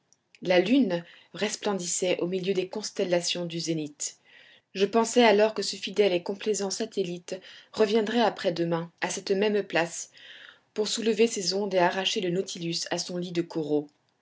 la lune resplendissait au milieu des constellations du zénith je pensai alors que ce fidèle et complaisant satellite reviendrait après-demain à cette même place pour soulever ces ondes et arracher le nautilus à son lit de coraux